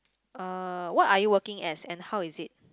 uh what are you working as and how is it